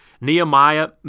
Nehemiah